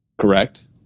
Correct